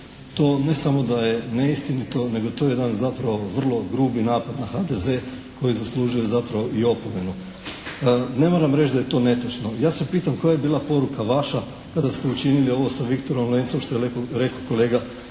To ne samo da je neistinito nego to je jedan zapravo vrlo grubi napad na HDZ koji zaslužuje zapravo i opomenu. Ne moram reći da je to netočno. Ja se pitam koja je bila poruka vaša kada ste učinili ovo sa “Viktorom Lencom“ što je rekao kolega